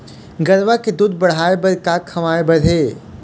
गरवा के दूध बढ़ाये बर का खवाए बर हे?